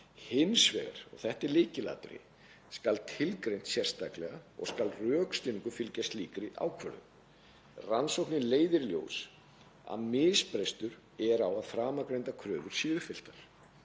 Hins vegar, og þetta er lykilatriði, skal það tilgreint sérstaklega og skal rökstuðningurinn fylgja slíkri ákvörðun. Rannsóknin leiðir í ljós að misbrestur er á að framangreindar kröfur séu uppfylltar.